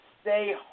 stay